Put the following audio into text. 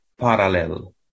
parallel